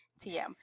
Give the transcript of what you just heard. TM